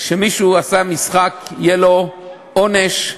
שמישהו עשה משחק, יהיה עליו עונש,